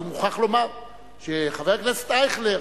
אני מוכרח לומר שחבר הכנסת אייכלר